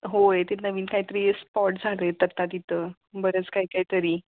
होय ते नवीन काहीतरी स्पॉट झाले आहेत आत्ता तिथं बरंच काय काहीतरी